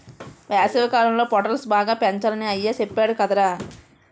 వేసవికాలంలో పొటల్స్ బాగా పెంచాలని అయ్య సెప్పేడు కదరా